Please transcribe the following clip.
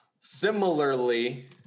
Similarly